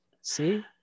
see